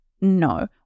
no